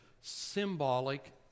symbolic